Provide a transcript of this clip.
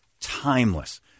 timeless